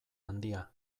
handia